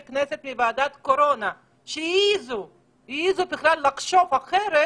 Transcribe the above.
כנסת מוועדת קורונה העזו בכלל לחשוב אחרת,